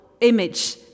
image